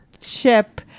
ship